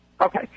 Okay